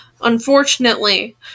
Unfortunately